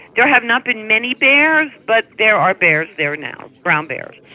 there have not been many bears but there are bears there now, brown bears.